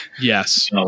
Yes